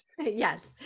Yes